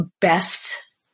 best